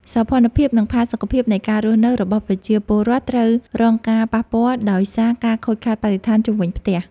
សោភ័ណភាព និងផាសុកភាពនៃការរស់នៅរបស់ប្រជាពលរដ្ឋត្រូវរងការប៉ះពាល់ដោយសារការខូចខាតបរិស្ថានជុំវិញផ្ទះ។